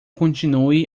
continue